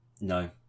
no